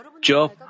Job